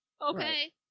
Okay